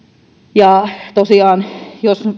ja tosiaan jos